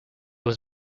was